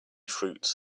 fruits